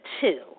two